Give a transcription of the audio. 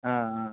ஆ ஆ